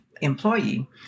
employee